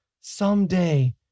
someday